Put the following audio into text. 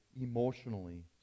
emotionally